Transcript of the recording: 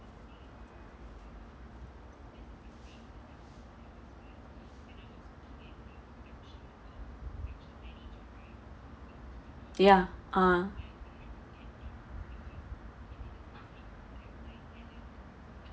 ya ah